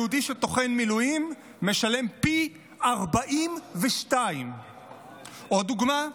היהודי שטוחן מילואים משלם פי 42. עוד דוגמה?